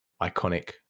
iconic